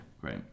great